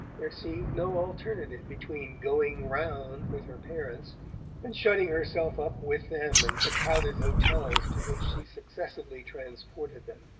there seemed no alternative between going round with her parents and shutting herself up with them in the crowded hotels to which she successively transported them.